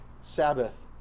Sabbath